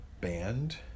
band